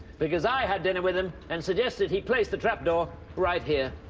because i had dinner with him and suggested he place the trap door right here.